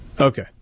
Okay